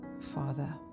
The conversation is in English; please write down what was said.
Father